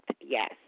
yes